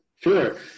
Sure